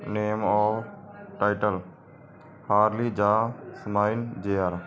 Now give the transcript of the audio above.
ਨੇਮ ਉਹ ਟਾਈਟਲ ਬਾਹਰਲੀ ਜਾ ਸਮਾਈਲ ਜੇ ਆਰ